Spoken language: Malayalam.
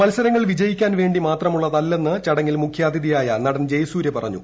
മത്സരങ്ങൾ വിജയിക്കാൻ വേണ്ടി മാത്രമുള്ളതല്ലെന്ന് ചടങ്ങിൽ മുഖ്യാതിഥിയായ നടൻ ജയസൂര്യ പറഞ്ഞു